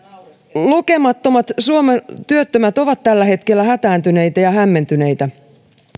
lukemattomat suomen työttömät ovat tällä hetkellä hätääntyneitä ja hämmentyneitä